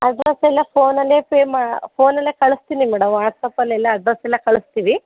ಅಡ್ರಸೆಲ್ಲ ಫೋನಲ್ಲೇ ಪೇ ಮಾ ಫೋನಲ್ಲೇ ಕಳಿಸ್ತೀನಿ ಮೇಡಮ್ ವಾಟ್ಸಾಪಲೆಲ್ಲ ಅಡ್ರಸೆಲ್ಲ ಕಳಿಸ್ತೀನಿ